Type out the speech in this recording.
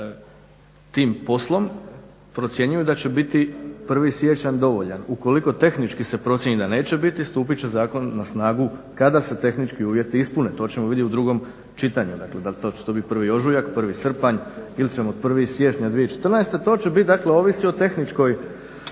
tim poslom procjenjuju da će biti 1. siječanj dovoljan. Ukoliko tehnički se procijeni da neće biti stupit će zakon na snagu kada se tehnički uvjeti ispune. To ćemo vidjeti u drugom čitanju. Dakle, da li će to biti 1.3., 1.7. ili ćemo od 1.1.2014. To će biti, dakle ovisi o tehničkoj